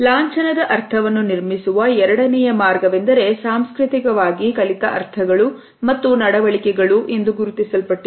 ಲಾಂಛನದ ಅರ್ಥವನ್ನು ನಿರ್ಮಿಸುವ ಎರಡನೆಯ ಮಾರ್ಗವೆಂದರೆ ಸಾಂಸ್ಕೃತಿಕವಾಗಿ ಕಲಿತ ಅರ್ಥಗಳು ಮತ್ತು ನಡವಳಿಕೆಗಳು ಗುರುತಿಸಲ್ಪಟ್ಟಿವೆ